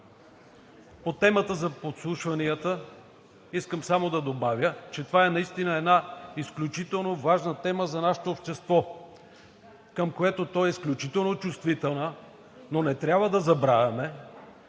По темата за подслушванията искам само да добавя, че това е наистина една изключително важна тема за нашето общество, към която то е изключително чувствително, но не трябва да забравяме,